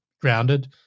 grounded